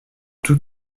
tout